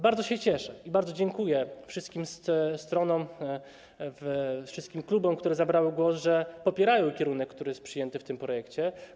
Bardzo się cieszę i bardzo dziękuję wszystkim stronom, wszystkim klubom, które zabrały głos, że popierają kierunek, który jest przyjęty w tym projekcie.